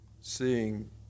seeing